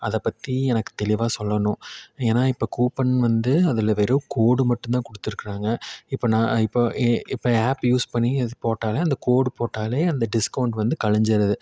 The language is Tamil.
அதை பற்றி எனக்கு தெளிவாக சொல்லணும் ஏன்னா இப்போ கூப்பன் வந்து அதில் வெறும் கோடு மட்டும் தான் கொடுத்துருக்குறாங்க இப்போ நான் இப்போ ஏ இப்போ ஆப் யூஸ் பண்ணி அது போட்டால் அந்த கோடு போட்டால் அந்த டிஸ்கௌண்ட் வந்து கழிஞ்சிடுது